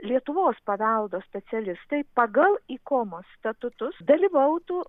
lietuvos paveldo specialistai pagal ikomos statutus dalyvautų